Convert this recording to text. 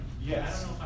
Yes